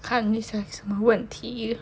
看有什么问题